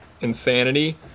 insanity